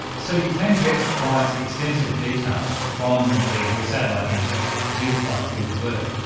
so you can get quite extensive detail from the the satellite images used by google earth,